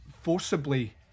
forcibly